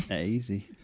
Easy